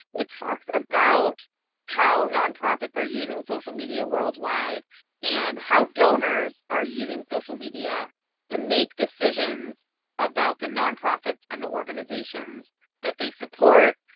it talks about how nonprofits are using social media worldwide and how donors are using social media to make decisions about the nonprofits and organizations that they support.